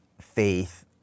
faith